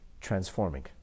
transforming